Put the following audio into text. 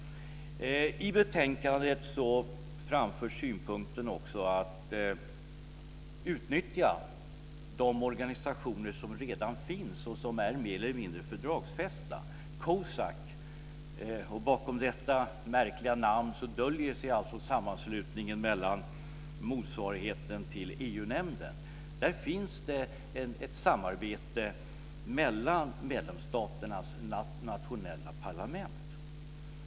I betänkandet framförs också synpunkten att vi ska utnyttja de organisationer som redan finns och som är mer eller mindre fördragsfästa. Bakom det märkliga namnet COSAC döljer sig sammanslutningen av motsvarigheter till EU-nämnden. Inom COSAC pågår ett samarbete mellan medlemsstaternas nationella parlament.